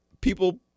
people